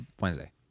Wednesday